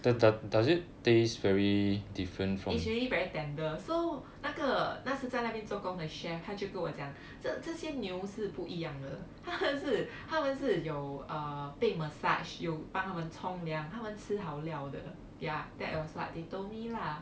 is really very tender so 那个那时在那边做工的 chef 他就跟我讲这这些牛是不一样的它们是它们是有 uh 被 massage 有帮它们冲凉它们吃好料的 ya that was like they told me lah